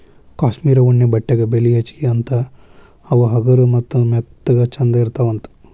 cashmere ಉಣ್ಣೆ ಬಟ್ಟೆಗೆ ಬೆಲಿ ಹೆಚಗಿ ಅಂತಾ ಅವ ಹಗರ ಮತ್ತ ಮೆತ್ತಗ ಚಂದ ಇರತಾವಂತ